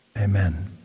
Amen